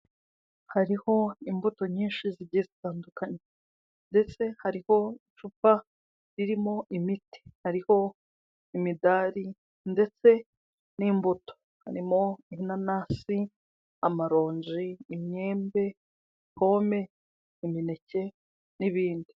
Hariho imbuto nyinshi zigiye zitandukanye ndetse hariho icupa ririmo imiti, hariho imidari ndetse n'imbuto, harimo: inanasi, amaronji, imyembe, pome, imineke n'ibindi.